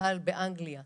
גדל או ביקר באנגליה